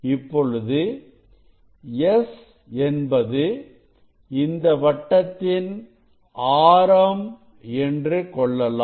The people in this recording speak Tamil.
இப்பொழுது S என்பது இந்த வட்டத்தின் ஆரம் என்று கொள்ளலாம்